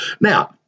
Now